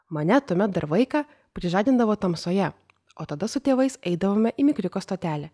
mane tuomet dar vaiką prižadindavo tamsoje o tada su tėvais eidavome į mikriuko stotelę